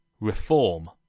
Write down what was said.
Reform